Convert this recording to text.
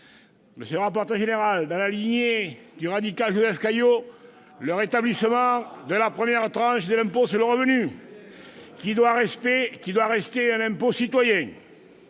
d'amendements, tels que- dans la lignée du radical Joseph Caillaux -le rétablissement de la première tranche de l'impôt sur le revenu, qui doit rester un impôt citoyen,